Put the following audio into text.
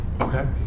Okay